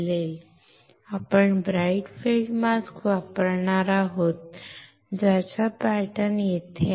आता आपण bright field mask वापरणार आहोत ज्याचा पॅटर्न येथे आहे